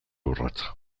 urratsa